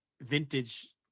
vintage